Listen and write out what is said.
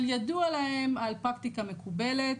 אבל ידוע להם על פרקטיקה מקובלת,